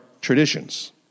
traditions